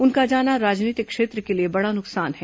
उनका जाना राजनीतिक क्षेत्र के लिए बड़ा नुकसान है